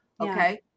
okay